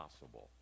possible